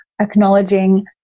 acknowledging